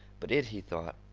but it, he thought,